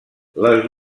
les